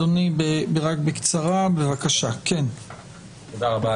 תודה רבה.